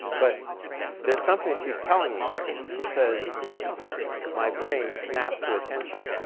but there's something she's telling me here. she says my brain snapped to attention.